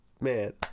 man